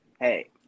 Hey